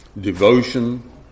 devotion